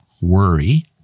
worry